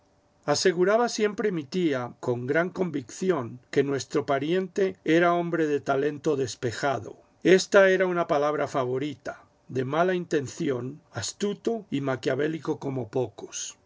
aseguraba siempre mi tía con gran convicción que nuestro pariente era hombre de talento despejado esta era su palabra favorita de mala intención astuto y maquiavélico como pocos